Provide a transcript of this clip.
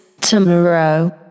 tomorrow